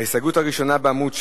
ההסתייגות הראשונה, בעמוד 6,